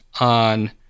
on